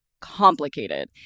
complicated